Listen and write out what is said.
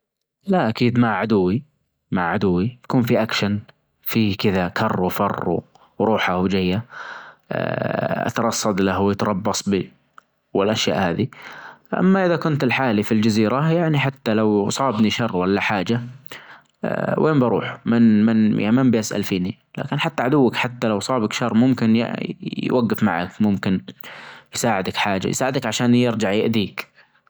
لا أكيد مع عدوي، مع عدوي يكون في أكشن في كذا كر وفر وروحة وچاية أترصد له ويتربص بي والأشياء هذي، أما إذا كنت لحالي في الچزيرة يعني حتى لو صابني شر ولا حاچة آآ وين بروح؟ من من يعني من بيسأل فينى؟ لكن حتى عدوك حتى لو صابك شر ممكن يع-يوجف معك ممكن يساعدك حاجة يساعدك عشان يرجع يأذيك.